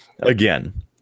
again